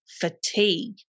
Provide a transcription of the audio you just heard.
fatigue